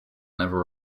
never